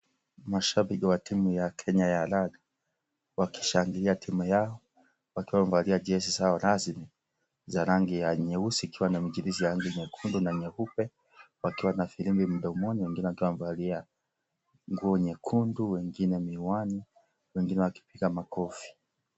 Mashabiki wa timu ya Kenya ya raga, wakishangilia timu yao wakiwa wamevalia jezi zao rasmi za rangi ya nyeusi ikiwa na michirizi ya rangi nyekundu na nyeupe, wakiwa na firimbi mdomoni wengine wakiwa wamevalia nguo nyekundu wengine miwani wengine wakipiga makofi.